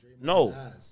No